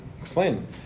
explain